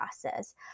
process